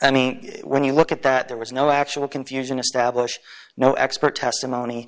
and when you look at that there was no actual confusion established no expert testimony